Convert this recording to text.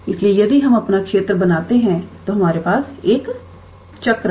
इसलिए यदि हम अपना क्षेत्र बनाते हैं तो हमारे पास एक चक्र है